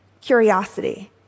Curiosity